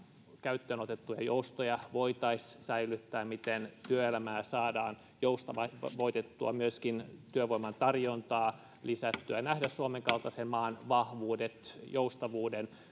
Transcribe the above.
käyttöön otettuja joustoja voitaisiin säilyttää miten työelämää saadaan joustavoitettua myöskin työvoiman tarjontaa lisättyä ja nähdä suomen kaltaisen maan vahvuudet joustavuuden ja